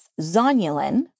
zonulin